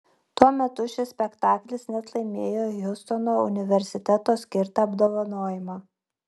tuo metu šis spektaklis net laimėjo hjustono universiteto skirtą apdovanojimą